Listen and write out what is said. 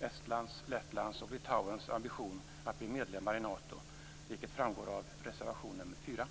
Estlands, Lettlands och Litauens ambitioner att bli medlemmar i Nato, vilket framgår av reservation nr 4.